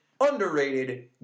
underrated